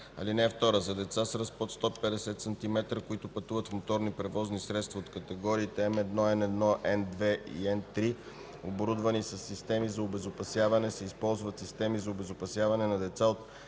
така: „(2) За деца с ръст под 150 сантиметра, които пътуват в моторни превозни средства от категориите М1, N1, N2 и N3, оборудвани със системи за обезопасяване, се използват системи за обезопасяване на деца от